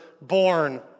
born